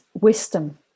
wisdom